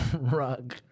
rug